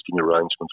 arrangements